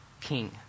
king